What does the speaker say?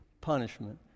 punishment